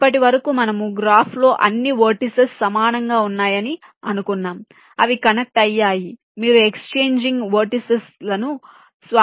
ఇప్పటి వరకు మనము గ్రాఫ్లో అన్ని వెర్టిసిస్ సమానంగా ఉన్నాయని అనుకున్నాము అవి కనెక్ట్ అయ్యాయి మీరు ఎక్సచేంజింగ్ వెర్టిసిస్ లను స్వాప్ చేశారు